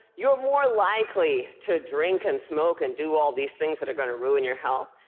you're more likely to drink and smoke and do all these things that going to ruin your health.